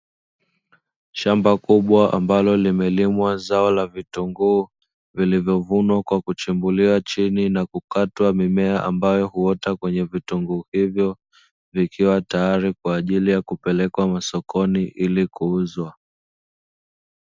Shamba kubwa ambalo limelimwa zao la vitunguu, vilivyovunwa kwa kuchimbuliwa chini na kukatwa mimea ambayo huota kwenye vitunguu hivyo, vikiwa tayari kwa ajili ya kupelekwa masokoni ili kuuzwa.